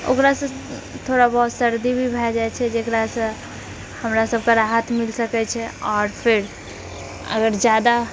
ओकरासँ थोड़ा बहुत सर्दी भी भए जाय छै जेकरासँ हमरासभकऽ राहत मिल सकैत छै आओर फेर अगर जादा